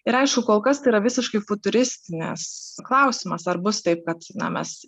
ir aišku kol kas tai yra visiškai futuristinis klausimas ar bus taip kad na mes